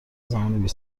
زمان